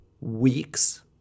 weeks